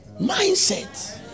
Mindset